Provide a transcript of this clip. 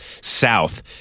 south